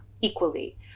equally